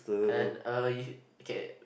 and uh okay